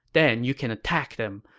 then you can attack them,